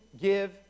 give